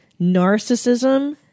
narcissism